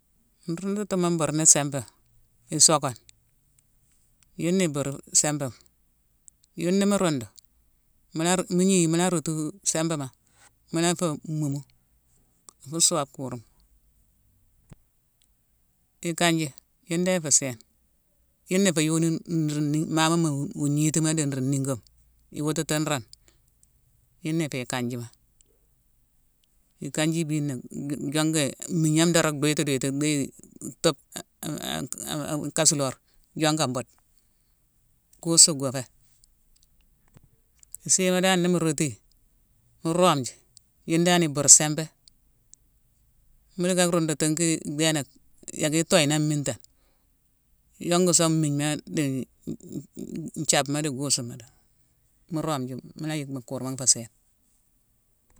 Rundutuma mburni simbama, isokane. Yona ibur simbama. Yune ni mu rundu, mu la mu gni yi, mula rotu-u simbama, mu la fé mhumu; nfu soobe kurma. I kanji, yune dan ifé sééne. Yuna ifé yoni ru-ru-ni-mamoma wu ngnitima di ru ningoma. I wutitinroni. Yuna ifé ikanjima. Ikanjima ibiina-n-yongé, migname dorong dhuiti-dhuitu, déye tube-an-an kasulorma, jonga bude. Gusu ngo fé. I siima dan nimo rotu yi, mu rome ji, yune dan i bur simbé. Mu dika rundutinki déénack, yécki toye ni an mintane. Yongu song migna di n-nthibma di gusuma dorong, mu rome ji, mula yick mu kurma nfé sééne.